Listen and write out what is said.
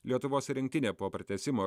lietuvos rinktinė po pratęsimo